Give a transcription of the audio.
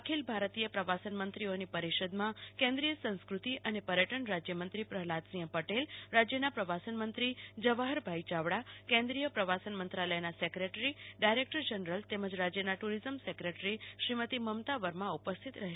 અખિલ ભારતીય પ્રવાસન મંત્રીઓની પરિષદમાં કેન્દ્રીય સંસ્કૃતિ અને પર્યટન રાજયમંત્રી પ્રહલાદસિંહ પટેલ ગુજરાતના પ્રવાસનમંત્રી જવાહરભાઇ ચાવડા કેન્દ્રીય પ્રવાસન મંત્રાલયના સેક્રેટરી ડાયરેકટર જનરલ તેમજ રાજયના ટ્રરિઝમ સેક્રેટરી શ્રીમતી મમતા વર્મા ઉપસ્થિત રહેશે